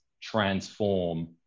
transform